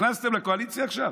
נכנסתם לקואליציה עכשיו.